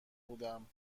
بودم